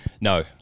No